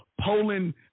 Poland